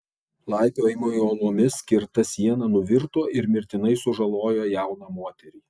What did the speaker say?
laipiojimui uolomis skirta siena nuvirto ir mirtinai sužalojo jauną moterį